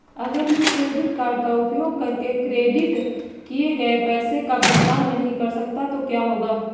अगर मैं credit card का उपयोग करके क्रेडिट किए गए पैसे का भुगतान नहीं कर सकता तो क्या होगा?